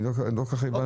אני לא כל כך הבנתי.